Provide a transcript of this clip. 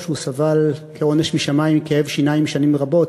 שהוא סבל כעונש משמים מכאב שיניים שנים רבות